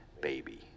baby